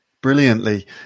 Brilliantly